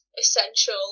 essential